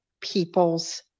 people's